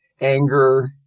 anger